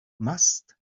must